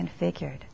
configured